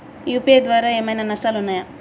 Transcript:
UPI ద్వారా ఏమైనా నష్టాలు ఉన్నయా?